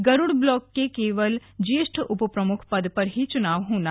Garuda block में कोवल ज्येष्ठ उपप्रमुख पद पर ही चुनाव होगा